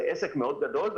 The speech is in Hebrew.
זה עסק מאוד גדול.